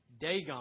Dagon